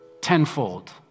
tenfold